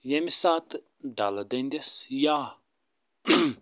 ییٚمہِ ساتہٕ دَلہٕ دٔنٛدِس یا